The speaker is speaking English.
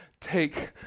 Take